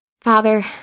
Father